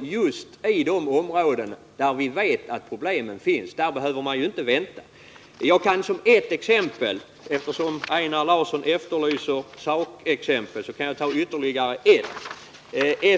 Just i de områden där vi vet att problemen finns behöver man inte vänta. Eftersom Einar Larsson efterlyser sakexempel, kan jag ta ytterligare ett.